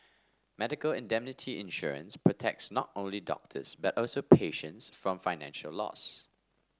medical indemnity insurance protects not only doctors but also patients from financial loss